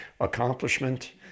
accomplishment